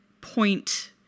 point